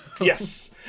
Yes